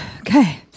okay